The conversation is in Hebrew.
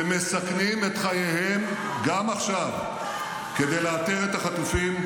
שמסכנים את חייהם גם עכשיו כדי לאתר את החטופים,